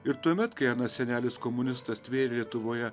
ir tuomet kai anas senelis komunistas tvėrė lietuvoje